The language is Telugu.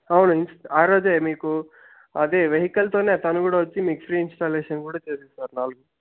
అవునండి ఆ రోజే మీకు అదే వెహికల్తోనే తను కూడా వచ్చి మీకు ఫ్రీ ఇన్స్స్టాలేసన్ కూడా చేసి ఇస్తారు నాలుగు